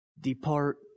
Depart